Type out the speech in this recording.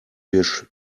dish